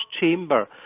chamber